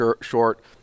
short –